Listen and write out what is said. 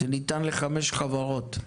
זה ניתן לחמש חברות.